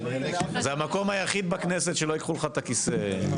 זה המקום היחיד בכנסת שבו לא ייקחו לך את הכיסא.